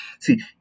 see